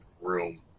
room